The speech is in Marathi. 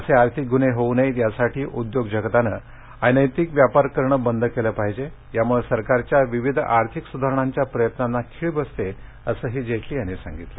असे आर्थिक ग्न्हे होऊ नये यासाठी उद्योग जगताने अनैतिक व्यापार करण बंद केलं पाहिजे याम्ळं सरकारच्या विविध आर्थिक स्धारणांच्या प्रयत्नांना खिळ बसते असही जेटली यांनी यावेळी सांगितलं